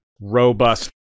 robust